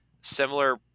similar